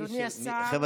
אדוני השר,